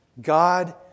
God